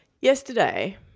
Yesterday